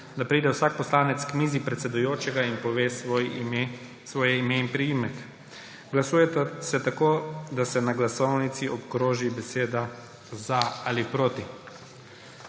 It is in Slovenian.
da pride vsak poslanec k mizi predsedujočega in pove svoje ime in priimek. Glasuje se tako, da se na glasovnici obkroži beseda za ali beseda